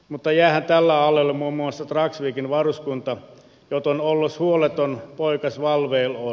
mutta jäähän tälle alueelle muun muassa dragsvikin varuskunta joten ollos huoleton poikas valveil on